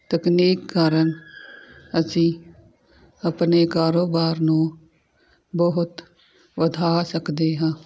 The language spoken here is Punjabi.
ਤਕਨੀਕ ਕਾਰਨ ਅਸੀਂ ਆਪਣੇ ਕਾਰੋਬਾਰ ਨੂੰ ਬਹੁਤ ਵਧਾ ਸਕਦੇ ਹਾਂ